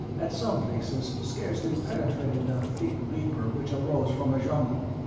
at some places scarcely penetrated the thick vapour which arose from the jungle.